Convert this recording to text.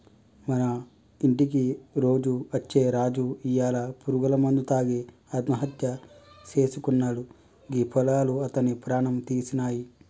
మన ఇంటికి రోజు అచ్చే రాజు ఇయ్యాల పురుగుల మందు తాగి ఆత్మహత్య సేసుకున్నాడు గీ పొలాలు అతని ప్రాణం తీసినాయి